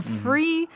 free